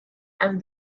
and